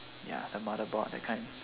ya the motherboard that kind